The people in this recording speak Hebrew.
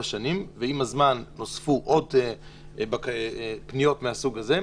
שנים ועם הזמן נוספו עוד פניות מהסוג הזה.